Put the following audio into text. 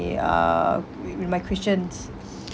uh wi~ with my questions